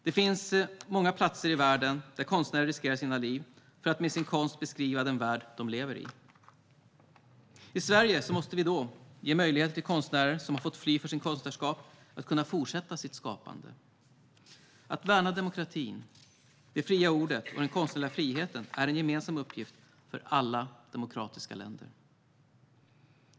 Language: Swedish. Det finns många platser i världen där konstnärer riskerar sitt liv för att med sin konst beskriva den värld de lever i. Sverige måste då ge de konstnärer som har fått fly för sitt konstnärskap möjlighet att kunna fortsätta sitt skapande. Att värna demokratin, det fria ordet och den konstnärliga friheten är en gemensam uppgift för alla demokratiska länder.